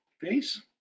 face